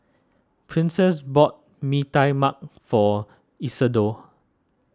Princess bought Mee Tai Mak for Isadore